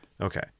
Okay